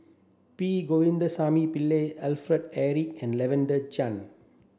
P Govindasamy Pillai Alfred Eric and Lavender Chang